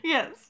Yes